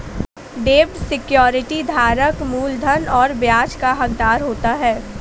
डेब्ट सिक्योरिटी धारक मूलधन और ब्याज का हक़दार होता है